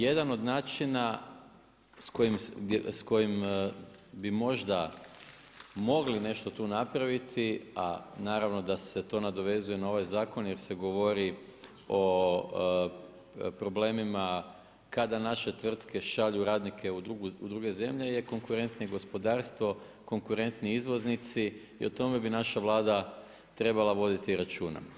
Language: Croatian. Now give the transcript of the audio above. Jedan od načina s kojim bi možda mogla nešto tu napraviti, a naravno da se tu nadovezuje na ovaj zakon, jer se govori o problemima, kada naše tvrtke šalju radnike u druge zemlje je konkretno gospodarstvo, konkurentni izvoznici i o tome bi naša Vlada trebala voditi računa.